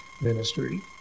ministry